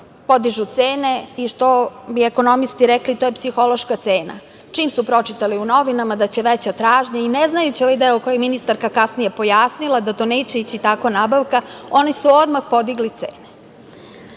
podižu cene i što bi ekonomisti rekli – to je psihološka cena. Čim su pročitali u novinama da će biti veća tražnja i ne znajući ovaj deo koji je ministarka kasnije pojasnila da to neće ići tako nabavka, oni su odmah podigli cene. Ono